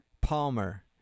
Palmer